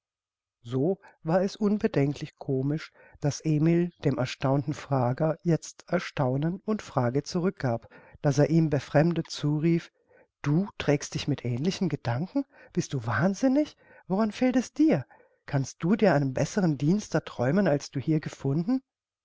so war es unbedenklich komisch daß emil dem erstaunten frager jetzt erstaunen und frage zurückgab daß er ihm befremdet zurief du trägst dich mit ähnlichen gedanken bist du wahnsinnig woran fehlt es dir kannst du dir einen bessern dienst träumen als du hier gefunden